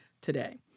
today